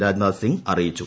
രാജ്നാഥ്സിംഗ് അറിയിച്ചു